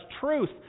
truth